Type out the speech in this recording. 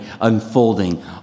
unfolding